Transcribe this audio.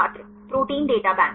छात्र protein data bank